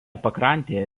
pakrantėje